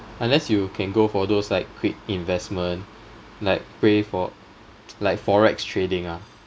unless you can go for those like quick investment like pray for like forex trading ah